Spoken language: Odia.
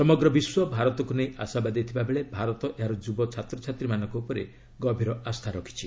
ସମଗ୍ର ବିଶ୍ୱ ଭାରତକୁ ନେଇ ଆଶାବାଦୀ ଥିବାବେଳେ ଭାରତ ଏହାର ଯୁବ ଛାତ୍ରଛାତ୍ରୀମାନଙ୍କ ଉପରେ ଗଭୀର ଆସ୍ଥା ରଖିଛି